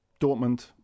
Dortmund